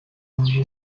only